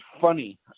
funny